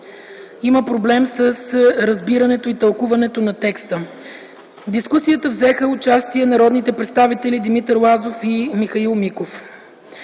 има проблем с разбирането и тълкуването на текста. В дискусията взеха участие и народните представители Димитър Лазаров и Михаил Миков.